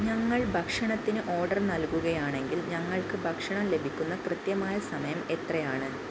ഞങ്ങൾ ഭക്ഷണത്തിന് ഓർഡർ നൽകുകയാണെങ്കിൽ ഞങ്ങൾക്ക് ഭക്ഷണം ലഭിക്കുന്ന കൃത്യമായ സമയം എത്രയാണ്